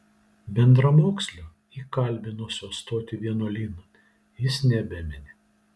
bendramokslio įkalbinusio stoti vienuolynan jis nebemini